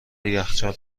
یخچال